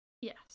Yes